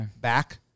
back